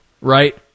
Right